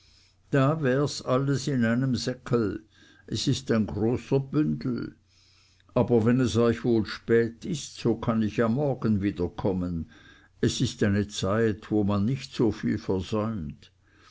da wärs alles in einem seckel es ist ein großer bündel aber wenn es euch wohl spät ist so kann ich ja morgen wieder kommen es ist eine zeit wo man so viel nicht versäumt